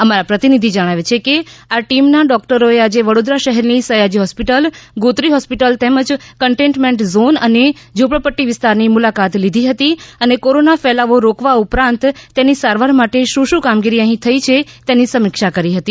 અમારા પ્રતિનિધિ જણાવે છે કે આ ટીમના ડોક્ટરોએ આજે વડોદરા શહેરની સયાજી હોસ્પિટલ ગોત્રી હોસ્પિટલ તેમજ કન્ટેન્મેન્ટ ઝોન અને ઝૂપડપટ્ટી વિસ્તારની મુલાકાત લીધી હતી અને કોરોના ફેલાવો રોકવા ઉપરાંત તેની સારવાર માટે શું શું કામગીરી અહી થઈ છે તેની સમિક્ષા કરી હતી